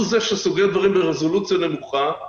הוא זה ש"סוגר" דברים ברזולוציה נמוכה,